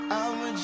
I'ma